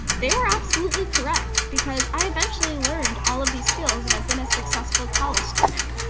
they were absolutely correct, because i eventually learned all of these skills and i've been a successful college student,